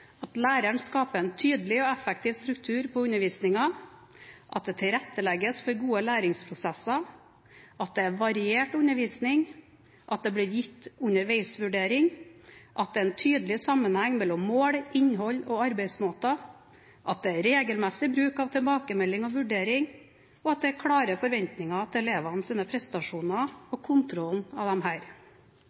at læreren skaper en tydelig og effektiv struktur på undervisningen, at det tilrettelegges for gode læringsprosesser, at det er variert undervisning, at det blir gitt underveisvurdering, at det er en tydelig sammenheng mellom mål, innhold og arbeidsmåter, at det er regelmessig bruk av tilbakemelding og vurdering, og at det er klare forventninger til elevenes prestasjoner og kontrollen av